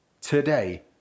today